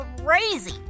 crazy